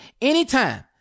anytime